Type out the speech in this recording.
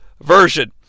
version